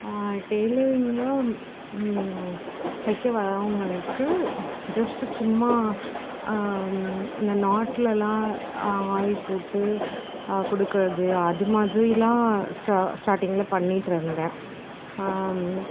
டெய்லரிங்கில் தைக்க வரவங்களுக்கு ஜஸ்ட்டு சும்மா அந்த நாட்லலாம் ஆரி போட்டு கொடுக்குறது அது மாதிரிலாம் ஸ்டார்டிங்கில் பண்ணிகிட்டு இருந்தேன்